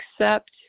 accept